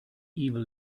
evil